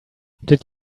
did